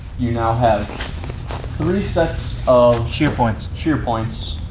you now have three sets of shear points. shear points.